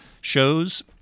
shows